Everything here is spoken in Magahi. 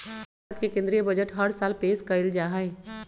भारत के केन्द्रीय बजट हर साल पेश कइल जाहई